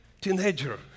teenager